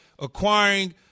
acquiring